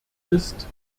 ist